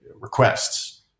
requests